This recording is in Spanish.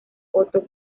otto